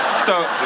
so